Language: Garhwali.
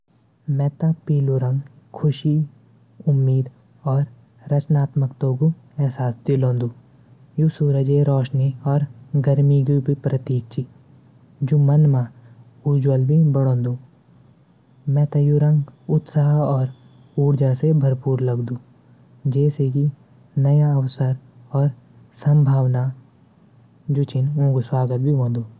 हैरू रंग से म्यारू दिमाग मा खयाल आंदू की पेड पौधो हरियाली प्रकृत्ति सुन्दरता और महत्व बारा मां याद दिलांदू और सुख शांती प्रतीत भी हैरू रंग।